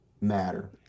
matter